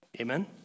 Amen